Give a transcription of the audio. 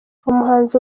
umuhanzi